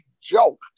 joke